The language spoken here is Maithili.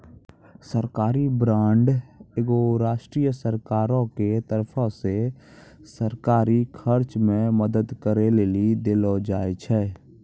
सरकारी बांड एगो राष्ट्रीय सरकारो के तरफो से सरकारी खर्च मे मदद करै लेली देलो जाय छै